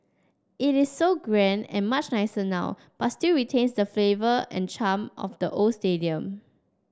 it is so grand and much nicer now but still retains the flavour and charm of the old stadium